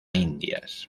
indias